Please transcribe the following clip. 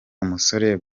umusore